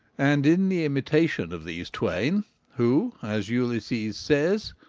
and in the imitation of these twain who, as ulysses says,